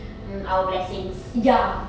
mm our blessings